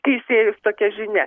teisėjus tokia žinia